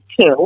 two